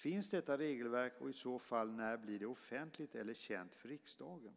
Finns detta regelverk, och när blir det i så fall offentligt eller känt för riksdagen?